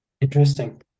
interesting